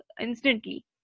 instantly